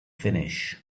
finish